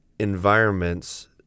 environments